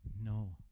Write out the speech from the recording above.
No